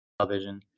television